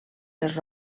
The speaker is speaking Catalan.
les